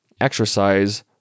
exercise